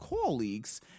colleagues